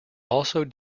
often